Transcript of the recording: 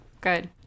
Good